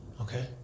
Okay